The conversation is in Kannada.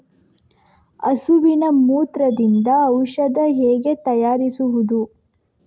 ಹಸುವಿನ ಮೂತ್ರದಿಂದ ಔಷಧ ಹೇಗೆ ತಯಾರಿಸುವುದು?